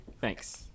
Thanks